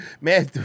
man